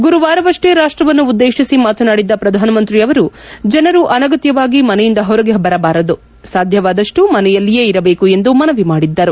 ಗುರುವಾರವಷ್ಟೇ ರಾಷ್ಟವನ್ನು ಉದ್ದೇಶಿಸಿ ಮಾತನಾಡಿದ್ದ ಪ್ರಧಾನಮಂತ್ರಿ ಅವರು ಜನರು ಅನಗತ್ಯವಾಗಿ ಮನೆಯಿಂದ ಹೊರಗೆ ಬರಬಾರದು ಸಾಧ್ಯವಾದಷ್ಟೂ ಮನೆಯಲ್ಲಿಯೇ ಇರಬೇಕು ಎಂದು ಮನವಿ ಮಾಡಿದ್ದರು